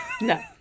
No